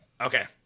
Okay